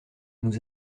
nous